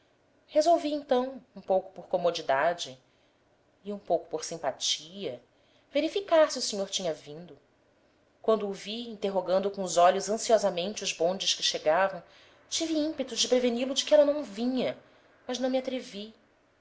resolvi então um pouco por comodidade e um pouco por simpatia verificar se o senhor tinha vindo quando o vi interrogando com os olhos ansiosamente os bondes que chegavam tive ímpetos de preveni-lo de que ela não vinha mas não me atrevi